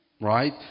right